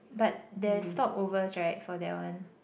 but there's stopovers right for that one